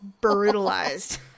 brutalized